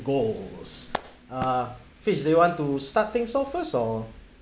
goals uh first they want to starting off first or